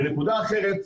בנקודה אחרת,